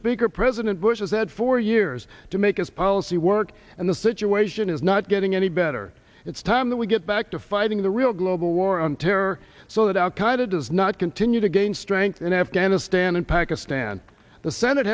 speaker president bush has said for years to make his policy work and the situation is not getting any better it's time that we get back to fighting the real global war on terror so that al qaeda does not continue to gain strength in afghanistan and pakistan the senate